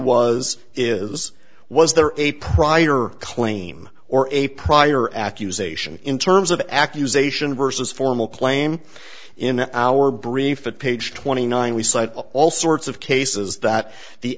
was is was there a prior claim or a prior accusation in terms of accusation versus formal claim in our brief at page twenty nine we cite all sorts of cases that the